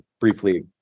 briefly